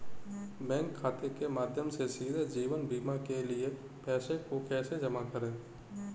Bank खाते के माध्यम से सीधे जीवन बीमा के लिए पैसे को कैसे जमा करें?